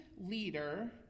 leader